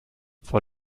vor